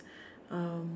um